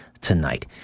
tonight